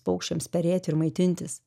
paukščiams perėti ir maitintis